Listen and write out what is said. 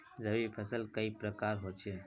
रवि फसल कई प्रकार होचे?